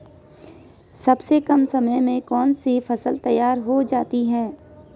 सबसे कम समय में कौन सी फसल तैयार हो जाती है?